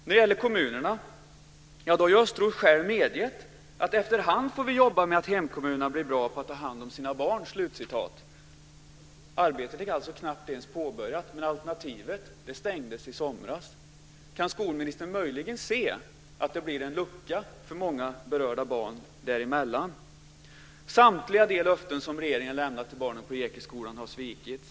När det gäller kommunerna har Östros själv medgett att vi efterhand får jobba med att hemkommunerna blir bra på att ta hand om sina barn. Arbetet är alltså knappt ens påbörjat, men alternativet stängdes i somras. Kan skolministern möjligen se att det blir en lucka för många berörda barn däremellan? Samtliga de löften som regeringen lämnat till barnen på Ekeskolan har svikits.